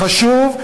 חשוב,